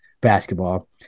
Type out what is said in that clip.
basketball